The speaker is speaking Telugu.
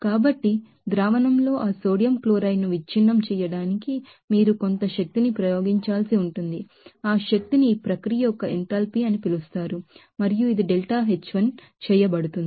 కాబట్టి సాల్వెంట్లో ఆ సోడియం క్లోరైడ్ ను విచ్ఛిన్నంಬ್ರೇಕ್ చేయడానికి మీరు కొంత శక్తిని ప్రయోగించాల్సి ఉంటుంది ఆ శక్తిని ఈ ప్రక్రియ యొక్క ఎంథాల్పీ అని పిలుస్తారు మరియు ఇది ΔH1 చేయబడుతుంది